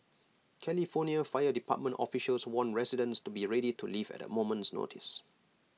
California fire department officials warned residents to be ready to leave at A moment's notice